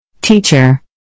Teacher